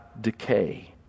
decay